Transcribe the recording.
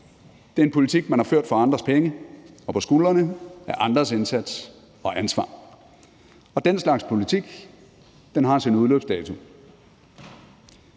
Det er en politik, man har ført for andres penge og på skuldrene af andres indsats og ansvar. Den slags politik har sin udløbsdato.